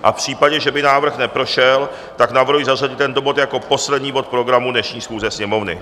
V případě, že by návrh neprošel, navrhuji zařadit tento bod jako poslední bod programu dnešní schůze Sněmovny.